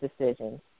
decisions